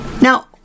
Now